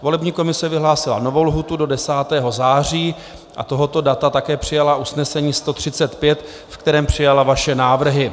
Volební komise vyhlásila novou lhůtu do 10. září 2019 a tohoto data také přijala usnesení 135, v kterém přijala vaše návrhy.